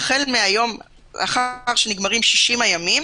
החל מהיום שנגמרים 60 הימים.